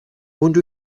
wonder